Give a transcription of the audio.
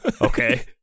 Okay